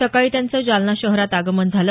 सकाळी त्यांचं जालना शहरात आगमन झालं